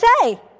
say